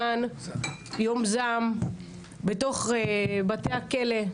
מתוכנן יום זעם בתוך בתי הכלא,